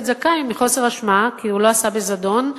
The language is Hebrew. זכאי מחוסר אשמה כי הוא לא עשה בזדון,